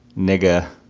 nigga,